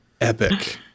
epic